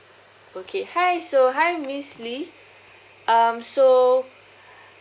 okay hi so hi miss lee um so